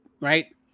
right